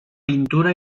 pintura